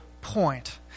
point